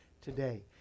today